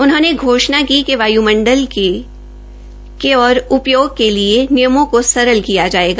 उन्होंने घोषणा की कि वायुमंडल के ओर उपयोग के लिए नियमों को सरल किया जायेगा